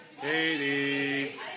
Katie